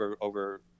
over